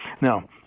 Now